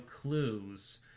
clues